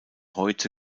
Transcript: heute